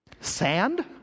Sand